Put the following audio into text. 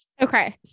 Okay